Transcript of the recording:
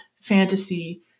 fantasy